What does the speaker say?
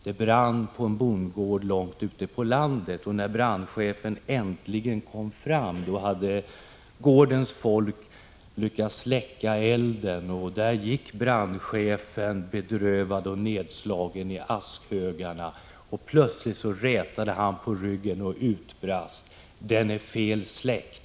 Det brann på en bondgård långt ute på landet, och när brandchefen äntligen kom fram hade gårdens folk lyckats släcka elden. Där gick brandchefen bedrövad och nedslagen i askhögarna, och plötsligt rätade han på ryggen och utbrast: Den är fel släckt.